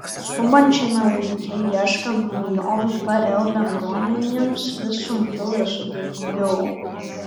skubančiame laike ieškant naujovių pl bendruomenėms vis sunkiau ir sudėtingiau